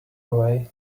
away